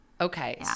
Okay